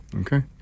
Okay